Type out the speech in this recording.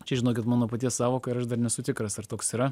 čia žinokit mano paties sąvoka ir aš dar nesu tikras ar toks yra